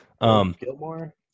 Gilmore